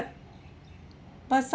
but some